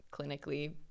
clinically